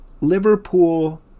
Liverpool